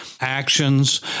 actions